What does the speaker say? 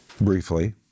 briefly